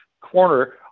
corner